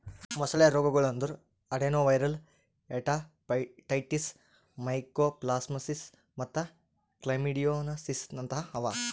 ಮೊಸಳೆ ರೋಗಗೊಳ್ ಅಂದುರ್ ಅಡೆನೊವೈರಲ್ ಹೆಪಟೈಟಿಸ್, ಮೈಕೋಪ್ಲಾಸ್ಮಾಸಿಸ್ ಮತ್ತ್ ಕ್ಲಮೈಡಿಯೋಸಿಸ್ನಂತಹ ಅವಾ